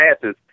passes